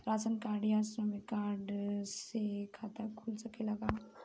Ration card या श्रमिक card से खाता खुल सकेला का?